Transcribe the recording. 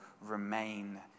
remain